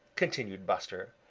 continued buster.